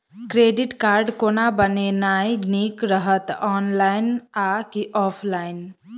Credit card कोना बनेनाय नीक रहत? ऑनलाइन आ की ऑफलाइन?